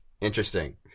Interesting